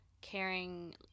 caring